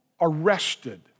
arrested